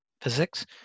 physics